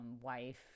wife